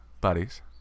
buddies